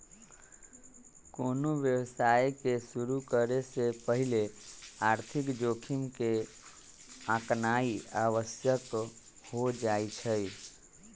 कोनो व्यवसाय के शुरु करे से पहिले आर्थिक जोखिम के आकनाइ आवश्यक हो जाइ छइ